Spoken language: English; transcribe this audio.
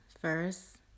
first